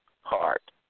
heart